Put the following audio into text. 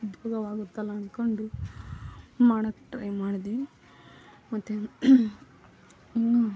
ಉದ್ಯೋಗವಾಗುತ್ತಲ್ಲ ಅಂದ್ಕೊಂಡು ಮಾಡೋಕೆ ಟ್ರೈ ಮಾಡಿದ್ವಿ ಮತ್ತು ಇನ್ನೂ